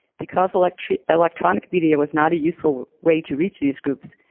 because electronic electronic video was not a useful way to reach these groups,